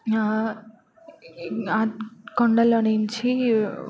కొండల నుంచి